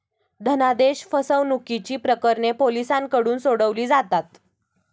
धनादेश फसवणुकीची प्रकरणे पोलिसांकडून सोडवली जातात